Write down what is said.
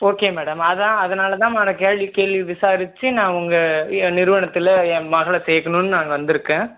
okay madam அதுதான் அதனால் தான் மேடம் கேள்வி கேள்வி விசாரித்து நான் உங்கள் இ நிறுவனத்தில் என் மகளை சேர்க்கணுன்னு நான் இங்கே வந்திருக்கேன்